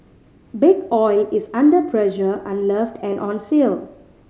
Big Oil is under pressure unloved and on sale